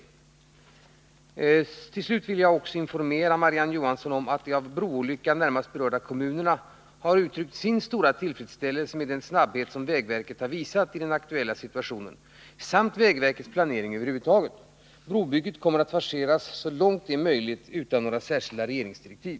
Avslutningsvis vill jag informera Marie-Ann Johansson om att de av broolyckan närmast berörda kommunerna har uttryckt sin stora tillfredsställelse med den snabbhet som vägverket har visat i den aktuella situationen samt vägverkets planering över huvud taget. Brobygget kommer att forceras så långt det är möjligt utan några särskilda regeringsdirektiv.